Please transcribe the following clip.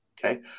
Okay